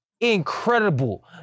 incredible